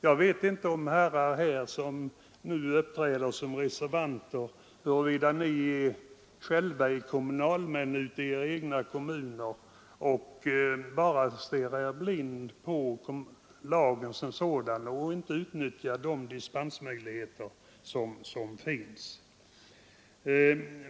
Jag vet inte om ni som nu uppträder som reservanter här själva är kommunalmän och i era egna kommuner bara stirrar er blinda på lagen som sådan och inte utnyttjar de dispensmöjligheter som finns.